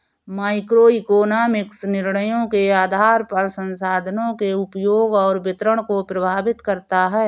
microeconomics निर्णयों के आधार पर संसाधनों के उपयोग और वितरण को प्रभावित करता है